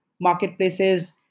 marketplaces